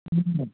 ए अँ